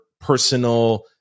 personal